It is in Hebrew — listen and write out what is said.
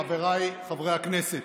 חבריי חברי הכנסת,